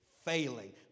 failing